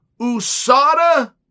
USADA